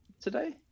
today